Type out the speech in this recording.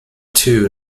two